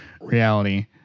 reality